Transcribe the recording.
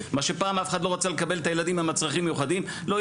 מה שפעם אף אחד לא רצה לקבל את הילדים עם הצרכים המיוחדים "לא,